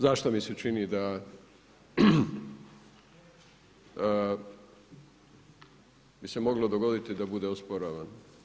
Zašto mi se čini da bi se moglo dogoditi da bude osporavan?